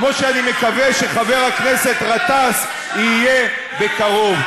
כמו שאני מקווה שחבר הכנסת גטאס יהיה בקרוב.